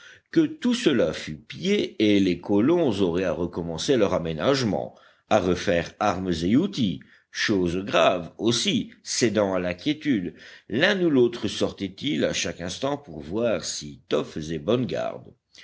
que tout cela fût pillé et les colons auraient à recommencer leur aménagement à refaire armes et outils chose grave aussi cédant à l'inquiétude l'un ou l'autre sortait-il à chaque instant pour voir si top faisait bonne garde